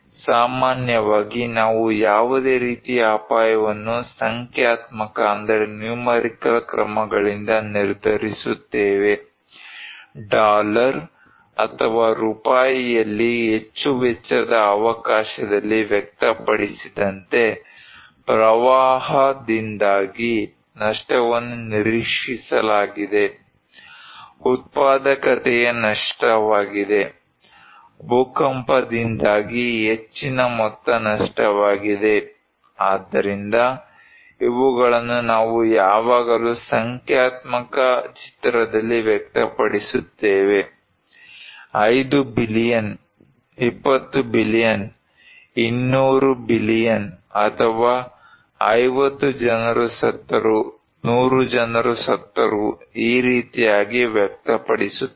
ಸಾಮಾನ್ಯವಾಗಿ ನಾವು ಯಾವುದೇ ರೀತಿಯ ಅಪಾಯವನ್ನು ಸಂಖ್ಯಾತ್ಮಕ ಕ್ರಮಗಳಿಂದ ನಿರ್ಧರಿಸುತ್ತೇವೆ ಡಾಲರ್ ಅಥವಾ ರೂಪಾಯಿಯಲ್ಲಿ ಹೆಚ್ಚು ವೆಚ್ಚದ ಅವಕಾಶದಲ್ಲಿ ವ್ಯಕ್ತಪಡಿಸಿದಂತೆ ಪ್ರವಾಹದಿಂದಾಗಿ ನಷ್ಟವನ್ನು ನಿರೀಕ್ಷಿಸಲಾಗಿದೆ ಉತ್ಪಾದಕತೆಯ ನಷ್ಟವಾಗಿದೆ ಭೂಕಂಪದಿಂದಾಗಿ ಹೆಚ್ಚಿನ ಮೊತ್ತ ನಷ್ಟವಾಗಿದೆ ಆದ್ದರಿಂದ ಇವುಗಳನ್ನು ನಾವು ಯಾವಾಗಲೂ ಸಂಖ್ಯಾತ್ಮಕ ಚಿತ್ರದಲ್ಲಿ ವ್ಯಕ್ತಪಡಿಸುತ್ತೇವೆ 5 ಬಿಲಿಯನ್ 20 ಬಿಲಿಯನ್ 200 ಬಿಲಿಯನ್ ಅಥವಾ 50 ಜನರು ಸತ್ತರು 100 ಜನರು ಸತ್ತರು ಈ ರೀತಿಯಾಗಿ ವ್ಯಕ್ತಪಡಿಸುತ್ತೇವೆ